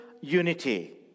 unity